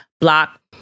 block